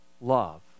love